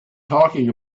talking